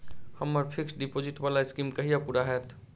हम्मर fixed deposit वला scheme कहिया पूरा हैत?